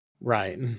right